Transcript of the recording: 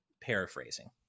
paraphrasing